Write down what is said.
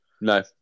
No